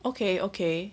okay okay